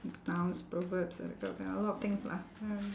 nouns proverbs uh that kind of thing a lot of things lah !hais!